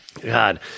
God